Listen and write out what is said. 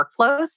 workflows